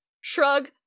shrug